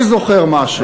אני זוכר משהו.